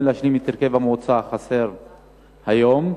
להשלים את הרכב המועצה החסר היום?